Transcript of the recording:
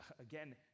again